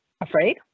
afraid